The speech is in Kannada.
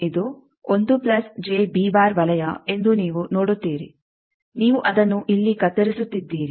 ಇದು ವಲಯ ಎಂದು ನೀವು ನೋಡುತ್ತೀರಿ ನೀವು ಅದನ್ನು ಇಲ್ಲಿ ಕತ್ತರಿಸುತ್ತಿದ್ದೀರಿ